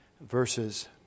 verses